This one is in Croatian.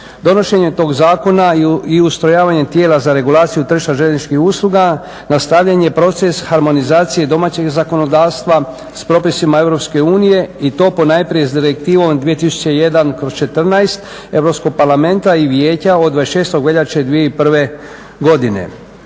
Donošenje tog zakona i ustrojavanjem tijela za regulaciju tržišta željezničkih usluga nastavljen je proces harmonizacije domaćeg zakonodavstva sa propisima Europske unije i to ponajprije s direktivom 2001./2014. Europskog parlamenta i Vijeća od 26. veljače 2001. godine.